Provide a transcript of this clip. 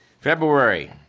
February